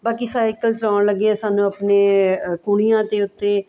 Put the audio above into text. ਬਾਕੀ ਸਾਈਕਲ ਚਲਾਉਣ ਲੱਗਿਆਂ ਸਾਨੂੰ ਆਪਣੇ ਕੂਹਣੀਆਂ ਦੇ ਉੱਤੇ